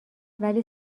ولی